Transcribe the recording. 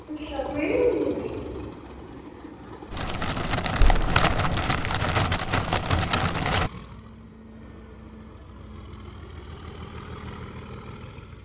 अच्छा फेरी होई उंदी